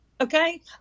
Okay